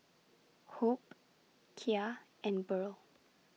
Hope Kya and Burl